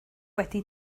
wedi